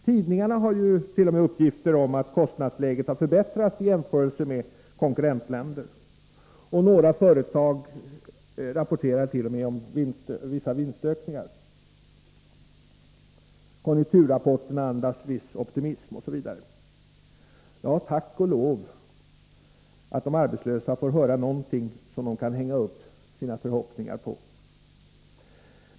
Tidningarna har uppgifter om att kostnadsläget förbättrats i jämförelse med konkurrentländer. Några företag rapporterar t.o.m. om vinstökningar. Konjunkturrapporterna andas viss optimism, osv. Ja, tack och lov att de arbetslösa får höra något som de kan hänga upp förhoppningar på.